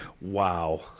wow